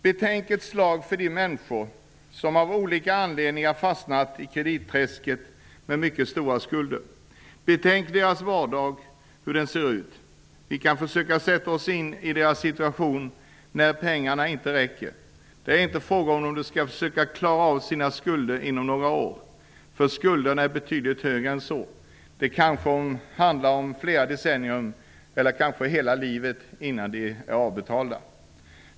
Betänk ett slag de människor som av olika anledningar har fastnat i kreditträsket och som har mycket stora skulder! Betänk hur deras vardag ser ut! Vi kan försöka sätta oss in i deras situation där pengarna inte räcker. Det är inte fråga om de skall försöka klara av sina skulder inom några år, därför att skulderna är betydligt större än så. Det kanske handlar om flera decennier, eller kanske om hela livet, innan skulderna är avbetalda.